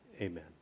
amen